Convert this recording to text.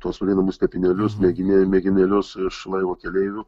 tuos vadinamus tepinėlius mėginė mėginėlius iš laivo keleivių